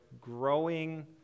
growing